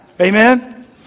Amen